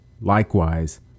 Likewise